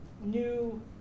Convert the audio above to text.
new